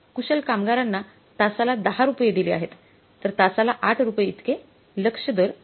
आपण कुशल कामगारांना तासाला 10 रुपये दिले आहेत तर तासाला8 रूपये इतके लक्ष्य दर आहे